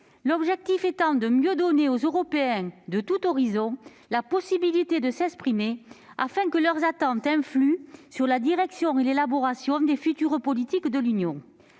L'objectif est de mieux donner aux Européens de tous horizons la possibilité de s'exprimer, afin que leurs attentes influent sur la direction et l'élaboration des futures politiques de l'Union